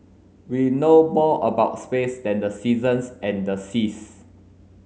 we know more about space than the seasons and the seas